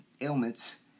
ailments